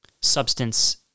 substance